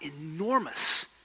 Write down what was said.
enormous